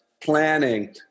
planning